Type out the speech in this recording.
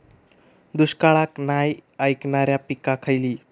दुष्काळाक नाय ऐकणार्यो पीका खयली?